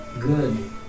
Good